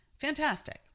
Fantastic